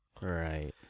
Right